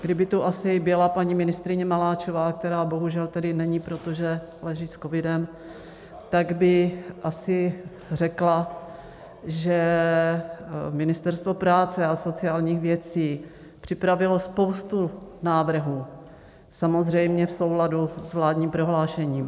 Kdyby tu asi byla paní ministryně Maláčová, která bohužel tedy není, protože leží s covidem, tak by asi řekla, že Ministerstvo práce a sociálních věcí připravilo spoustu návrhů samozřejmě v souladu s vládním prohlášením.